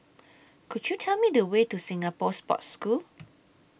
Could YOU Tell Me The Way to Singapore Sports School